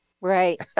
Right